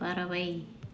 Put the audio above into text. பறவை